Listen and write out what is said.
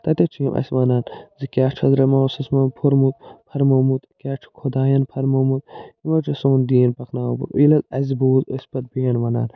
تَتہِ حظ چھِ یِم اَسہِ وَنان زِ کیٛاہ چھُ حضرت محمد صَلَّى اللّٰهُ عَلَيْهِ وَسَلَّم فرمُت فرمومُت کیٛاہ چھُ خۄداین فرمومُت یِم حظ چھُ سون دین پکناوان ییٚلہِ حظ اَزِ بوز أسۍ پت بیٚین وَنان